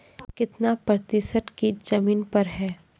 कितना प्रतिसत कीट जमीन पर हैं?